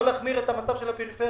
לא להחמיר את המצב של הפריפריה.